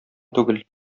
түгел